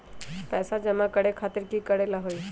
पैसा जमा करे खातीर की करेला होई?